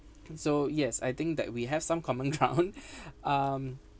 so yes I think that we have some common ground um